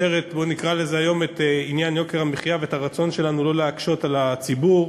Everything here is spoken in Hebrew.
את עניין יוקר המחיה ואת הרצון שלנו לא להקשות על הציבור.